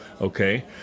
Okay